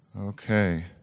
okay